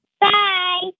Bye